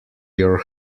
your